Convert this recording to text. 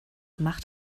macht